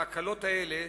בהטלות האלה,